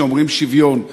שאומרים שוויון,